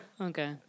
Okay